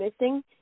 missing